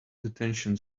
detention